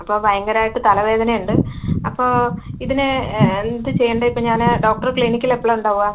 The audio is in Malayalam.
അപ്പോൾ ഭയങ്കര ആയിട്ട് തലവേദന ഇണ്ട് അപ്പോ ഇതിന് എന്ത് ചെയ്യണ്ടത് ഇപ്പോൾ ഞാൻ ഡോക്ടറ് ക്ലിനിക്കിൽ എപ്പോഴാണ് ഉണ്ടാവുക